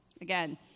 again